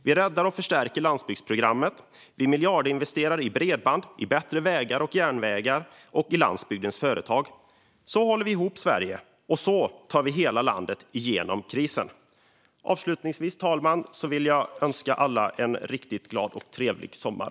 Vi räddar och förstärker landsbygdsprogrammet, vi miljardinvesterar i bredband, i bättre vägar och järnvägar och i landsbygdens företag. Så håller vi ihop Sverige, och så tar vi hela landet igenom krisen. Avslutningsvis, fru talman, vill jag önska alla en riktigt glad och trevlig sommar.